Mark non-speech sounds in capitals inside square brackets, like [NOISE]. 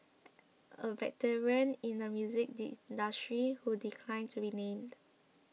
[NOISE] a veteran in the music [UNINTELLIGIBLE] who declined to be named